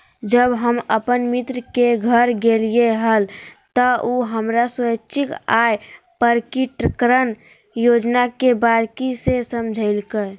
जब हम अपन मित्र के घर गेलिये हल, त उ हमरा स्वैच्छिक आय प्रकटिकरण योजना के बारीकि से समझयलकय